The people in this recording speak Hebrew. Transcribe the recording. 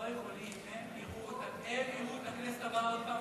לא ראינו, הם יראו את הכנסת הבאה עוד פעם